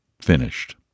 Finished